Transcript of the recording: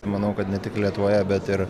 manau kad ne tik lietuvoje bet ir